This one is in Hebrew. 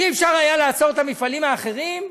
אי-אפשר היה לעצור את המפעלים האחרים?